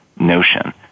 notion